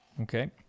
Okay